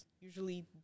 Usually